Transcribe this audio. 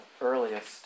earliest